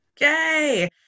Yay